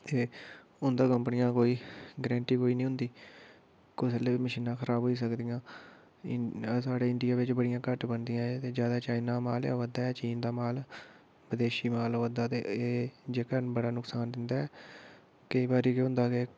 ते उं'दा कंपनियें दी कोई ग्रंटी कोई नेईं होंदी कुसै बेल्लै बी मशीनां खराब होई सकदियां इन साढ़े इंडियां बिच्च बड़ियां घट्ट बनदियां ते एह् ज्यादा चाइना दा माल आवा दा चीन दा माल विदेशी माल आवा दा ऐ ते एह् जेह्का बड़ा नकसान दिंदा ऐ केईं बारी केह् होंदा कि